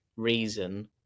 reason